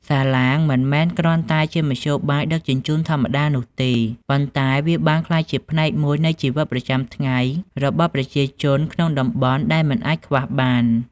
សាឡាងមិនមែនគ្រាន់តែជាមធ្យោបាយដឹកជញ្ជូនធម្មតានោះទេ ប៉ុន្តែវាបានក្លាយជាផ្នែកមួយនៃជីវិតប្រចាំថ្ងៃរបស់ប្រជាជនក្នុងតំបន់ដែលមិនអាចខ្វះបាន។